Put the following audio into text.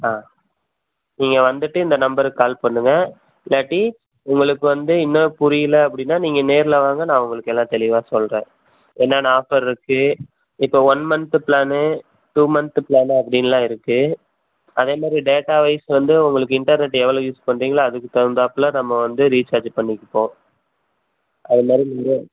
ஆ நீங்கள் வந்துட்டு இந்த நம்பருக்குக் கால் பண்ணுங்கள் இல்லாட்டி உங்களுக்கு வந்து இன்னும் புரியலை அப்படின்னா நீங்கள் நேரில் வாங்க நான் உங்களுக்கு எல்லாம் தெளிவாக சொல்கிறேன் என்னென்ன ஆஃபர் இருக்குது இப்போ one month plan two month plan அப்படின்னுல்லாம் இருக்குது அதே மாதிரி டேட்டாவைஸ் வந்து உங்களுக்கு இன்டர்நெட் எவ்வளோ யூஸ் பண்ணுறீங்களோ அதுக்குத் தகுந்தாப்புல நம்ம வந்து ரீசார்ஜ் பண்ணிக் கொடுப்போம் அது மாதிரி நீங்கள்